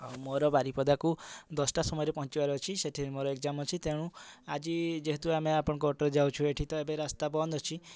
ଆଉ ମୋର ବାରିପଦାକୁ ଦଶଟା ସମୟରେ ପହଞ୍ଚିବାର ଅଛି ସେଠିରେ ମୋର ଏକ୍ଜାମ୍ ଅଛି ତେଣୁ ଆଜି ଯେହେତୁ ଆମେ ଆପଣଙ୍କ ଅଟୋରେ ଯାଉଛୁ ଏଠି ତ ଏବେ ରାସ୍ତା ବନ୍ଦ ଅଛି